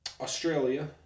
Australia